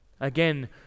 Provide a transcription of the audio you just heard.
Again